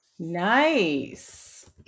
Nice